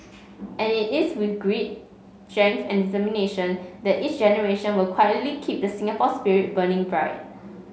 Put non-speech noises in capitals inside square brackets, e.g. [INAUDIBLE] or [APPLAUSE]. and it is with grit [UNINTELLIGIBLE] and determination that each generation will quietly keep the Singapore spirit burning bright